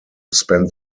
spent